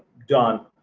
done?